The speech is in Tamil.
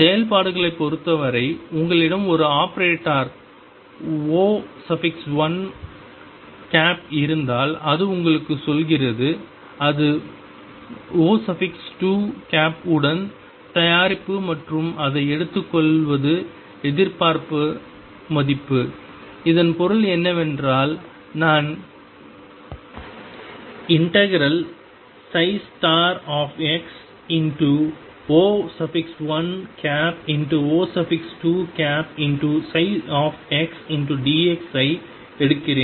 செயல்பாடுகளைப் பொறுத்தவரை உங்களிடம் ஒரு ஆபரேட்டர் O1 இருந்தால் அது உங்களுக்குச் சொல்கிறது அது O2 உடன் தயாரிப்பு மற்றும் அதை எடுத்துக்கொள்வது எதிர்பார்ப்பு மதிப்பு இதன் பொருள் என்னவென்றால் நான் ∫xO1O2ψdx ஐ எடுக்கிறேன்